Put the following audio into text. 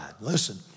Listen